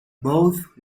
both